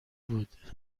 بود